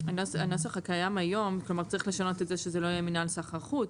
הנוסח הקיים היום צריך לשנות את זה שזה לא יהיה מינהל סחר חוץ,